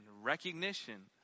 recognition